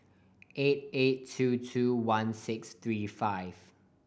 eight eight two two one six three one